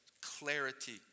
clarity